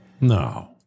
No